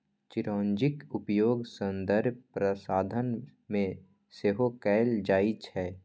चिरौंजीक उपयोग सौंदर्य प्रसाधन मे सेहो कैल जाइ छै